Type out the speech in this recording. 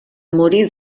morir